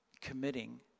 committing